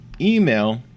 email